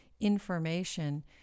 information